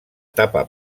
tapa